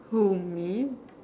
who me